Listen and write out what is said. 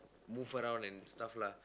move around and stuff lah